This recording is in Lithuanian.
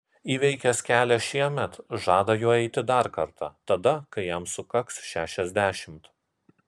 įveikęs kelią šiemet žada juo eiti dar kartą tada kai jam sukaks šešiasdešimt